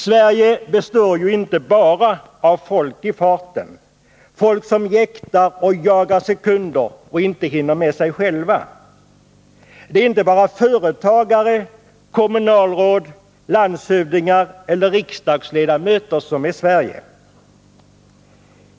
Sverige består ju inte bara av folk i farten, folk som jäktar och jagar sekunder och inte hinner med sig själva. Det är inte bara företagare, kommunalråd, landshövdingar och riksdagsmän som är Sverige.